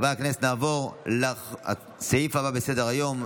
חברי הכנסת, נעבור לסעיף הבא בסדר-היום,